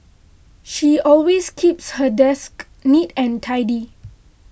she always keeps her desk neat and tidy